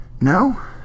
No